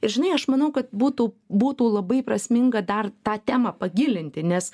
ir žinai aš manau kad būtų būtų labai prasminga dar tą temą pagilinti nes